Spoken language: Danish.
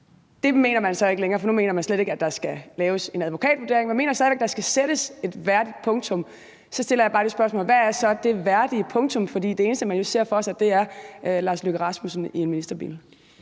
Det mener man så ikke længere, for nu mener man slet ikke, at der skal laves en advokatvurdering. Man mener stadig væk, at der skal sættes et værdigtpunktum. Så stiller jeg bare det spørgsmål: Hvad er så det værdige punktum, for det eneste, man jo ser for sig, er hr. Lars Løkke Rasmussen i en ministerbil?